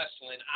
wrestling